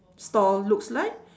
store looks like